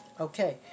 Okay